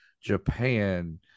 japan